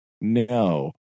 no